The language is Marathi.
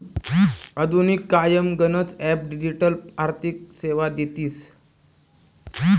आधुनिक कायमा गनच ॲप डिजिटल आर्थिक सेवा देतीस